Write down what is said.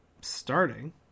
starting